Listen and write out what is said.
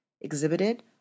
exhibited